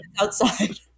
Outside